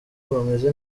bameze